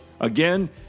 Again